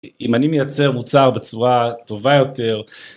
אם אני מייצר מוצר בצורה טובה יותר...